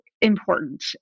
important